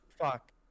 fuck